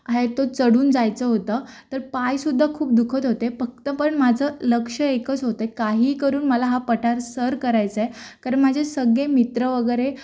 हाय तो चढून जायचं होतं तर पायसुद्धा खूप दुखत होते फक्त पण माझं लक्ष्य एकच होतं काही करून मला हा पठार सर करायचं आहे कारण माझे सगळे मित्र वगैरे